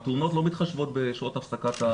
התאונות לא מתחשבות בשעות הפסקת הארוחה.